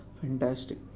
fantastic